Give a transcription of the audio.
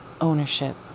ownership